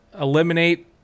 eliminate